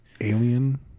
Alien